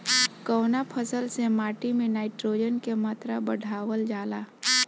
कवना फसल से माटी में नाइट्रोजन के मात्रा बढ़ावल जाला?